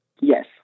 Yes